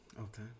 Okay